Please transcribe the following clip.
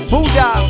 Buddha